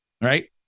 Right